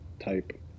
type